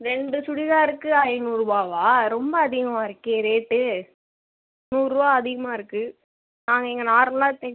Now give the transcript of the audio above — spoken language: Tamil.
ரெண்டு சுடிதாருக்கு ஐநுருபாவா ரொம்ப அதிகமாருக்கே ரேட்டு நூருபா அதிகமாருக்குது நீங்கள் தைச்சி